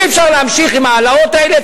אי-אפשר להמשיך עם ההעלאות האלה.